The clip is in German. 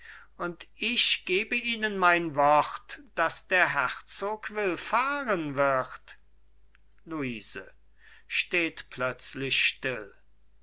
und ich gebe ihnen mein wort daß der herzog willfahren wird luise